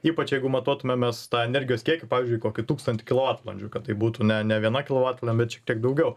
ypač jeigu matuotume mes tą energijos kiekį pavyzdžiui kokį tūkstantį kilovatvalandžių kad tai būtų ne ne viena kilovatvalandė bet šiek tiek daugiau